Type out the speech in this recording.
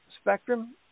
spectrum